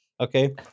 okay